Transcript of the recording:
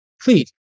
please